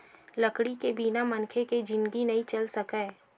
लकड़ी के बिना मनखे के जिनगी नइ चल सकय